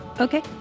Okay